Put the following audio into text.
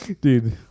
dude